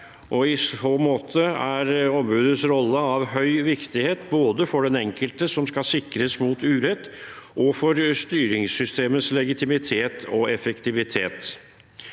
I så måte er ombudets rolle av høy viktighet både for den enkelte som skal sikres mot urett, og for styringssystemets legitimitet og effektivitet.